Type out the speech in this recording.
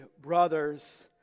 brothers